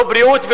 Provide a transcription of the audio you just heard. לא בריאות,